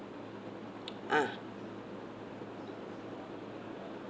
ah